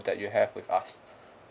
that you have with us